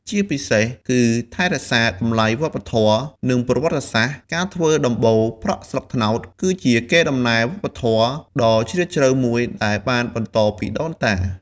ជាពិសេសគឺថែរក្សា តម្លៃវប្បធម៌ និងប្រវត្តិសាស្ត្រ ការធ្វើដំបូលប្រក់ស្លឹកត្នោត គឺជា កេរដំណែលវប្បធម៌ ដ៏ជ្រាលជ្រៅមួយដែលបានបន្តពីដូនតា។